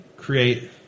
create